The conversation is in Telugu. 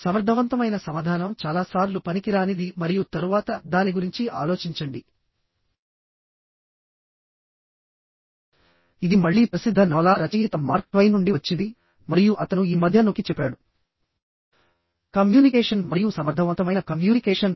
సమర్థవంతమైన సమాధానం చాలా సార్లు పనికిరానిది మరియు తరువాత దాని గురించి ఆలోచించండి ఇది మళ్ళీ ప్రసిద్ధ నవలా రచయిత మార్క్ ట్వైన్ నుండి వచ్చింది మరియు అతను ఈ మధ్య నొక్కిచెప్పాడు కమ్యూనికేషన్ మరియు సమర్థవంతమైన కమ్యూనికేషన్